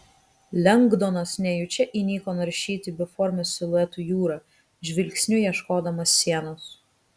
lengdonas nejučia įniko naršyti beformių siluetų jūrą žvilgsniu ieškodamas sienos